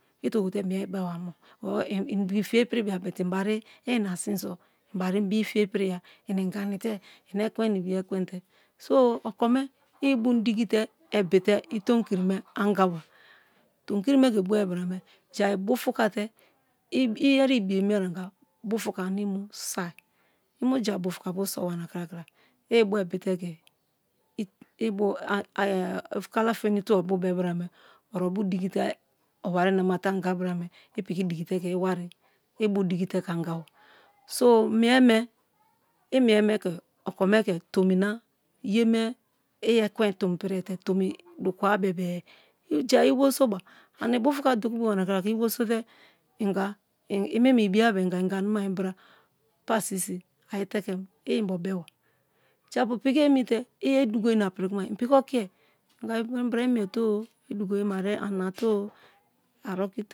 I tie gote mie beba mo or i bii fiye ipiri bia but i bari i ina sin so i bari bii fiye ipiriya i inganite i ekwen na ibiye ekwen te so okoni i bu dikite ebite i tonkiri me anga ba tomi kiri me ke boe bra me jai bufuka te iyeri ibiye mie anga bufuka ani i mo soi i mu ja bufuka bo sowa na krakra i bu ebite ke kala feni tubo obu bebra me orubu diki te owari nama te anga bra me i piki diki te ke iwan ibu diki te anga ba so mie me i mie me ku okome ke tomi na ye mie i ekwen tomi piriete tomi dukuwa bebe-e jai iwerisoba, ani bufuka dokibori nakra-kra i weriso te inga meme ibiya bebe-e ingo inganima imbra pasisi a itekem i inbo beba japu piki emi te iye dugo ina prim kuma i piki okiye inga inbre imiete-o idugoyeme anate-o a okite.